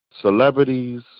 celebrities